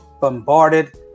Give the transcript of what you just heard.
bombarded